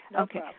Okay